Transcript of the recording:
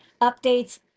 updates